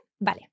Vale